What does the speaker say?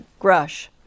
Grush